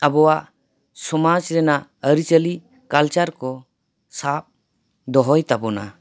ᱟᱵᱚᱣᱟᱜ ᱥᱚᱢᱟᱡᱽ ᱨᱮᱱᱟᱜ ᱟᱹᱨᱤᱪᱟᱹᱞᱤ ᱠᱟᱞᱪᱟᱨ ᱠᱚ ᱥᱟᱵ ᱫᱚᱦᱚᱭ ᱛᱟᱵᱚᱱᱟ